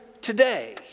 today